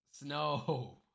Snow